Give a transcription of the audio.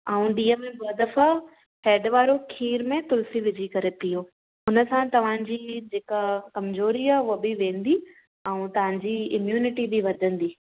ऐं ॾींहं में ॿ दफ़ा हैड वारो खीर में तुलसी विझी करे पियो हुन सां तव्हांजी जेका कमज़ोरी आहे उहा बि वेंदी ऐं तव्हां जी इम्युनिटी बि वधंदी